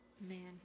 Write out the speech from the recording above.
man